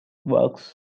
works